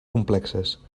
complexes